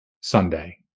Sunday